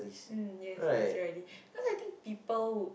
mm yes yes you're ready cause I think people